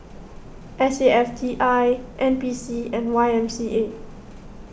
S A F T I N P C and Y M C A